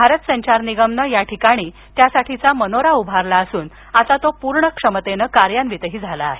भारत संचार निगमने या ठिकाणी त्यासाठीचा मनोरा उभारला असून आता तो पूर्ण क्षमतेनं कार्यान्वितही झाला आहे